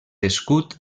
escut